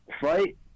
fight